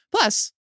Plus